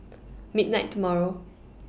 midnight tomorrow